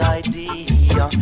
idea